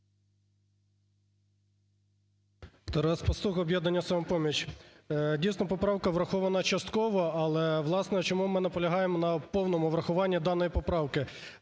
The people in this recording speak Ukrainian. Тарас Пастух, "Об'єднання "Самопоміч". Дійсно поправка врахована частково, але, власне, чому ми наполягаємо на повному врахуванні даної поправки?